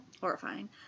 horrifying